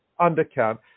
undercount